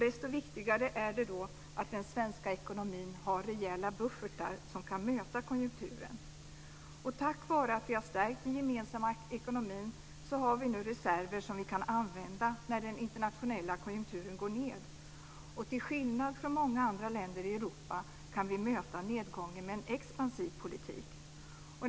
Desto viktigare är det då att den svenska ekonomin har rejäla buffertar som kan möta konjunkturen. Tack vare att vi har stärkt den gemensamma ekonomin, har vi nu reserver som vi kan använda när den internationella konjunkturen går ned. Till skillnad från många andra länder i Europa kan vi möta nedgången med en expansiv politik.